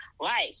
life